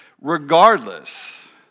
Regardless